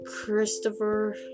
Christopher